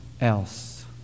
else